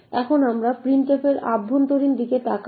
এখন আমরা printf এর অভ্যন্তরীণ দিকে তাকাই